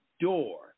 door